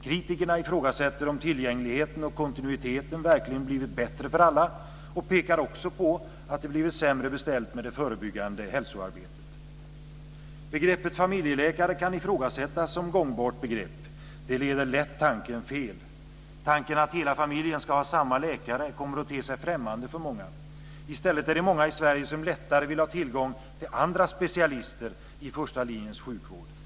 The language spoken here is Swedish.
Kritikerna ifrågasätter om tillgängligheten och kontinuiteten verkligen har blivit bättre för alla och pekar också på att det har blivit sämre beställt med det förebyggande hälsoarbetet. Begreppet familjeläkare kan ifrågasättas som gångbart begrepp. Det leder lätt tanken fel. Tanken att hela familjen ska ha samma läkare kommer att te sig främmande för många. I stället är det många i Sverige som lättare vill ha tillgång till andra specialister i första linjens sjukvård.